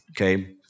okay